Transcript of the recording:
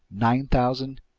nine thousand,